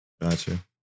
gotcha